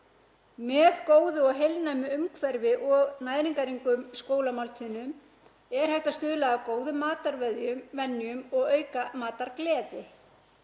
Með góðu og heilnæmu umhverfi og næringarríkum skólamáltíðum er hægt að stuðla að góðum matarvenjum og auka matargleði.